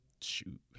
shoot